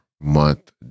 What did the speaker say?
month